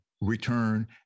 Return